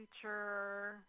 future